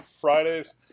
Fridays